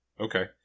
Okay